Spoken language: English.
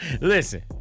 Listen